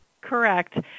Correct